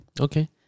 Okay